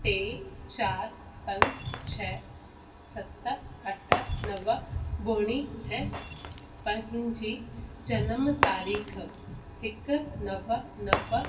टे चारि पंज छ सत अठ नव ॿुड़ी ऐं पंहिंजी जनम तारीख़ हिकु नव नव